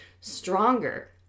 stronger